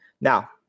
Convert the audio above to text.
Now